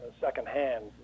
secondhand